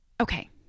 okay